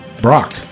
Brock